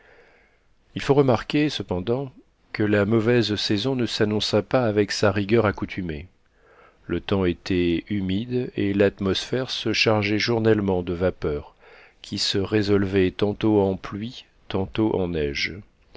il faut remarquer cependant que la mauvaise saison ne s'annonça pas avec sa rigueur accoutumée le temps était humide et l'atmosphère se chargeait journellement de vapeurs qui se résolvaient tantôt en pluie tantôt en neige